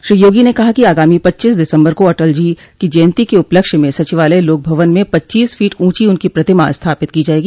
श्री योगी ने कहा कि आगामी पच्चीस दिसम्बर को अटल जी की जयन्ती के उपलक्ष्य में सचिवालय लोक भवन में पच्चीस फीट ऊँची उनकी प्रतिमा स्थापित की जायेगी